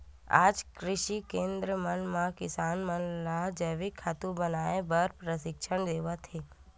आज कृषि केंद्र मन म किसान मन ल जइविक खातू बनाए बर परसिक्छन देवत हे